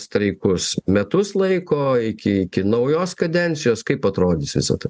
streikus metus laiko iki iki naujos kadencijos kaip atrodys visa tai